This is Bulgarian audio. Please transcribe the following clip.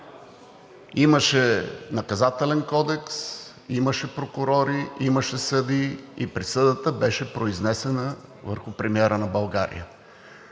имаше Наказателен кодекс, имаше прокурори, имаше съдии, и присъдата беше произнесена върху премиера на България.